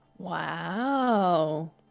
Wow